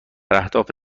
اهداف